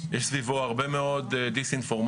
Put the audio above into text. יש סביבו הרבה מאוד דיס-אינפורמציה.